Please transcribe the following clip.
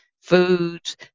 food